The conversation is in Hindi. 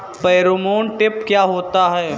फेरोमोन ट्रैप क्या होता है?